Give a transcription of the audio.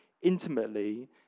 intimately